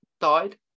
died